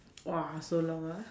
!wah! so long ah